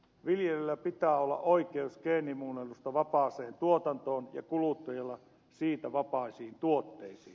viljelijöillä pitää olla oikeus geenimuuntelusta vapaaseen tuotantoon ja kuluttajilla siitä vapaisiin tuotteisiin